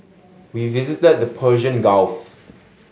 we visited the Persian Gulf